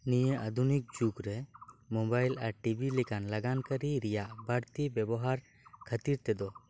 ᱱᱤᱭᱟᱹ ᱟᱫᱷᱩᱱᱤᱠ ᱡᱩᱜ ᱨᱮ ᱢᱚᱵᱟᱭᱤᱞ ᱟᱨ ᱴᱤᱵᱷᱤ ᱞᱮᱠᱟᱱ ᱞᱟᱜᱟᱱ ᱠᱟᱹᱨᱤ ᱨᱮᱭᱟᱜ ᱵᱟᱹᱲᱛᱤ ᱵᱮᱵᱚᱦᱟᱨ ᱠᱷᱟᱹᱛᱤᱨ ᱛᱮᱫᱚ